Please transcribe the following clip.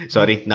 Sorry